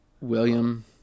William